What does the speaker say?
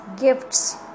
gifts